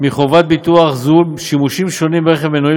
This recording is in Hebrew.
מחובת ביטוח זו שימושים שונים ברכב מנועי